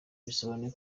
bisobanuye